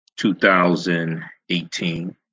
2018